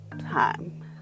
time